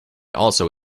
also